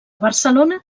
barcelona